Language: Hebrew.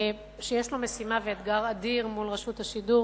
שיש לו משימה ואתגר אדיר מול רשות השידור